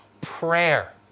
prayer